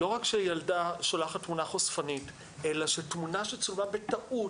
לא רק שילדה שולחת תמונה חושפנית אלא שתמונה שצולמה בטעות,